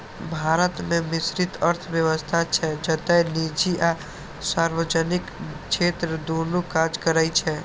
भारत मे मिश्रित अर्थव्यवस्था छै, जतय निजी आ सार्वजनिक क्षेत्र दुनू काज करै छै